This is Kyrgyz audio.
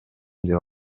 деп